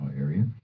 area